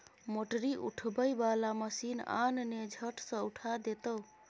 मोटरी उठबै बला मशीन आन ने झट सँ उठा देतौ